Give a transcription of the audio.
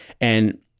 And-